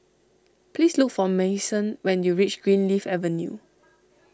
please look for Mason when you reach Greenleaf Avenue